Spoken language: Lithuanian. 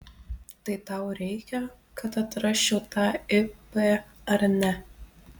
tai tau reikia kad atrasčiau tą ip ar ne